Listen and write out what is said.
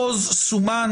כשנקריא.